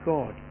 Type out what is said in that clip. God